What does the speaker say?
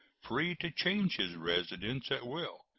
free to change his residence at will,